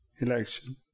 election